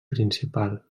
principal